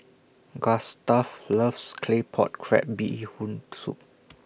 Gustav loves Claypot Crab Bee Hoon Soup